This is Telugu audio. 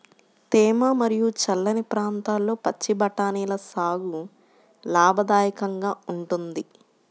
తేమ మరియు చల్లని ప్రాంతాల్లో పచ్చి బఠానీల సాగు లాభదాయకంగా ఉంటుంది